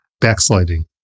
backsliding